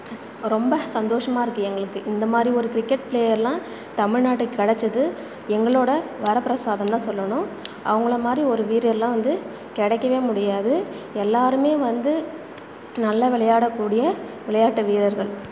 ரொம்ப சந்தோஷமாக இருக்குது எங்களுக்கு இந்தமாதிரி ஒரு கிரிக்கெட் பிளேயர்லாம் தமிழ்நாட்டுக்கு கிடைச்சது எங்களோட வரப்பிரசாதம்னு தான் சொல்லணும் அவங்களமாதிரி ஒரு வீரர்லாம் வந்து கிடைக்கவே முடியாது எல்லாருமே வந்து நல்லா விளையாடக்கூடிய விளையாட்டு வீரர்கள்